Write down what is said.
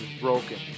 broken